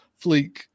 Fleek